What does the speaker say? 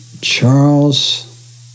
Charles